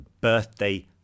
birthday